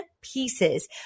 pieces